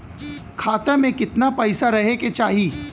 खाता में कितना पैसा रहे के चाही?